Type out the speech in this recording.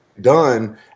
done